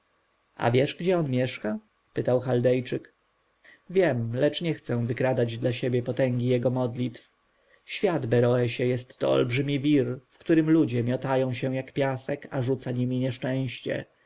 wiesz gdzie on mieszka pytał chaldejczyk wiem ale nie chcę wykradać dla siebie potęgi jego modlitw świat beroesie jest to olbrzymi wir w którym ludzie miotają się jak piasek a rzuca nimi nieszczęście